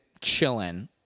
chilling